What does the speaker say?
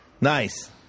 Nice